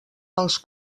els